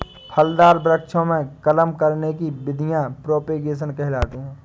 फलदार वृक्षों में कलम करने की विधियां प्रोपेगेशन कहलाती हैं